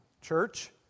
church